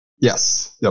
Yes